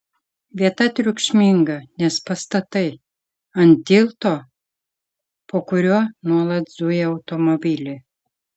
vieta triukšminga nes pastatai ant tilto po kuriuo nuolat zuja automobiliai